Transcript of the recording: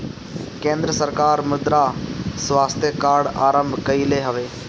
केंद्र सरकार मृदा स्वास्थ्य कार्ड आरंभ कईले हवे